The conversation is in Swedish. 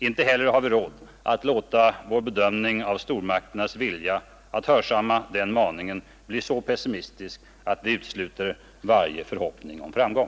Inte heller har vi råd att låta vår bedömning av stormakternas vilja att hörsamma den maningen bli så pessimistisk att vi utesluter varje förhoppning om framgång.